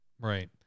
Right